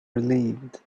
relieved